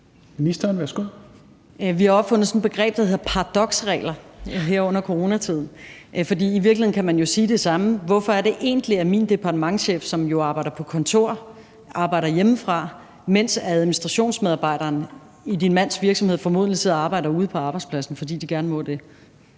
Rosenkrantz-Theil): Vi har opfundet sådan et begreb, der hedder paradoksregler, her under coronatiden. For i virkeligheden kan man jo sige det samme: Hvorfor er det egentlig, at min departementschef, som jo arbejder på kontor, arbejder hjemmefra, mens administrationsmedarbejderen i din mands virksomhed formentlig sidder og arbejder ude på arbejdspladsen, fordi man gerne må det?